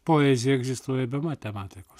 poezija egzistuoja be matematikos